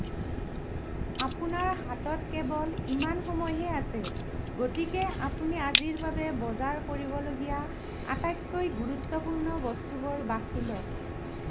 আপোনাৰ হাতত কেৱল ইমান সময়হে আছে গতিকে আপুনি আজিৰ বাবে বজাৰ কৰিবলগীয়া আটাইতকৈ গুৰুত্বপূৰ্ণ বস্তুবোৰ বাছি লওক